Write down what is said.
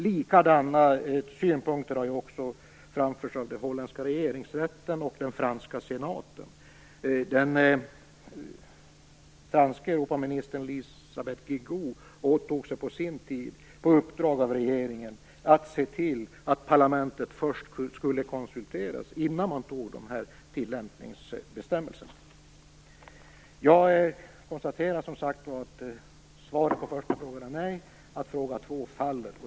Likadana synpunkter har framförts också av den holländska regeringsrätten och av den franska senaten. Den franska Europaministern Elisabeth Guigou åtog sig på sin tid på uppdrag av regeringen att se till att parlamentet skulle konsulteras innan tillämpningsbestämmelserna antogs. Jag konstaterar att svaret på den första frågan är nej och att den andra frågan faller.